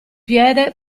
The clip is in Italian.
piede